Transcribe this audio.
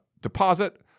deposit